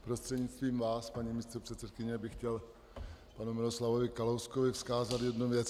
Prostřednictvím vás, paní místopředsedkyně, bych chtěl panu Miroslavovi Kalouskovi vzkázat jednu věc.